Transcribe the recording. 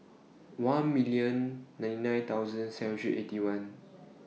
one million ninety nine thousand seven hundred Eighty One